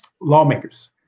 lawmakers